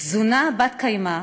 תזונה בת-קיימא,